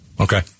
Okay